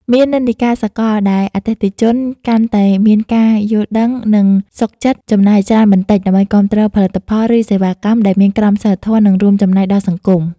មាននិន្នាការសកលដែលអតិថិជនកាន់តែមានការយល់ដឹង និងសុខចិត្តចំណាយច្រើនបន្តិចដើម្បីគាំទ្រផលិតផល ឬសេវាកម្មដែលមានក្រមសីលធម៌ និងរួមចំណែកដល់សង្គម ។